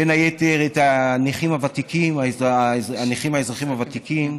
בין היתר את הנכים האזרחים הוותיקים.